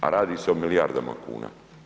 A radi se o milijardama kuna.